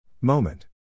Moment